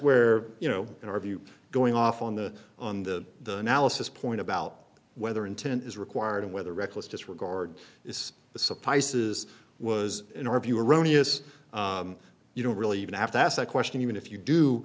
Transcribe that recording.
where you know in our view going off on the on the the an alice point about whether intent is required and whether reckless disregard is the surprises was in our view erroneous you don't really even have to ask that question even if you do